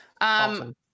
Awesome